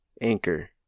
anchor